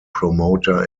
promoter